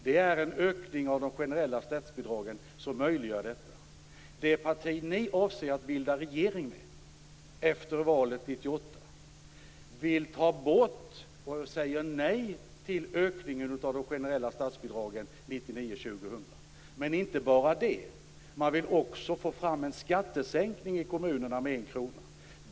Det är en ökning av de generella statsbidragen som möjliggör detta. Det parti ni avser att bilda regering med efter valet 1998 vill ta bort och säga nej till ökningen av de generella statsbidragen 1999-2000. Men inte bara det. Man vill också få fram en skattesänkning i kommunerna med en krona.